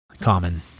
common